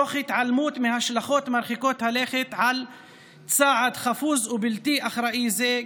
תוך התעלמות מההשלכות מרחיקות הלכת של צעד חפוז ובלתי אחראי זה,